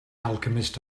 alchemist